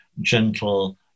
gentle